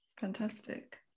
Fantastic